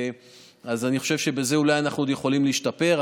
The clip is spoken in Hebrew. אני חושב שאולי אנחנו עוד יכולים להשתפר,